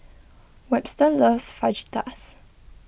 Webster loves Fajitas